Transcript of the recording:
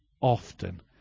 often